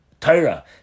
Torah